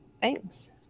Thanks